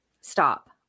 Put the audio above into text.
Stop